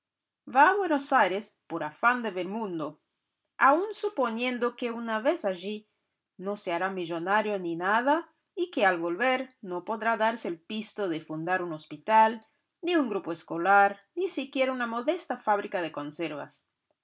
va a buenos aires por afán de ver mundo aun suponiendo que una vez allí no se hará millonario ni nada y que al volver no podrá darse el pisto de fundar un hospital ni un grupo escolar ni siquiera una modesta fábrica de conservas